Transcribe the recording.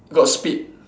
got spit